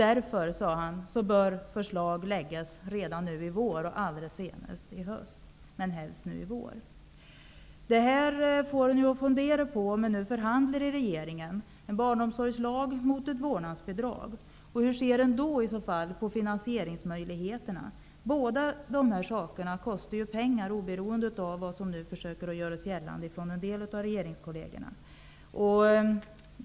Därför, sade han, bör förslag läggas fram allra senast i höst men helst nu i vår. Detta får mig att fundera om man förhandlar inom regeringen om en barnomsorgslag mot ett vårdnadsbidrag. Hur ser man i så fall på finansieringsmöjligheterna? Båda dessa saker kostar ju pengar oberoende av vad som en del av regeringskollegerna nu försöker göra gällande.